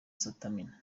stamina